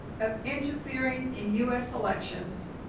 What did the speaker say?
of interfering in u s. elections